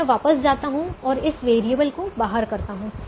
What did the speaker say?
तो मैं अब वापस जाता हूं और इस वैरिएबल को बाहर करता हूं